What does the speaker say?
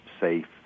safe